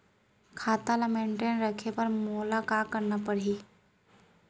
खाता ल मेनटेन रखे बर मोला का करना पड़ही?